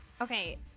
Okay